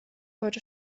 heute